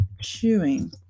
chewing